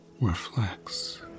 reflects